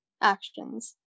actions